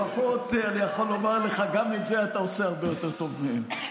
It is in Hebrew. לפחות אני יכול לומר לך: גם את זה אתה עושה הרבה יותר טוב מהם.